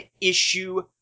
issue